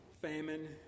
famine